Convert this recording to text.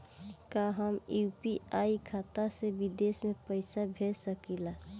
का हम यू.पी.आई खाता से विदेश म पईसा भेज सकिला?